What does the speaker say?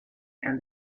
and